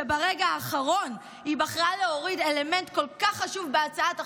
שברגע האחרון היא בחרה להוריד אלמנט כל כך חשוב בהצעת החוק,